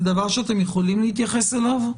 זה דבר שאתם יכולים להתייחס אליו?